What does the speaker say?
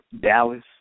Dallas